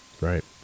Right